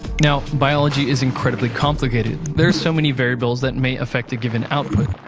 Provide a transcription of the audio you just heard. now, biology is incredibly complicated there are so many variables that may affect a given output.